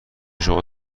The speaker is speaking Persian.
شما